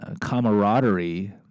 camaraderie